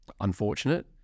unfortunate